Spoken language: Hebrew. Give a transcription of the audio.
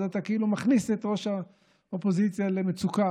אז אתה כאילו מכניס את ראש האופוזיציה למצוקה: